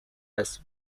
است